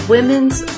Women's